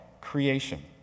creation